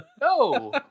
No